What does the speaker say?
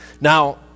Now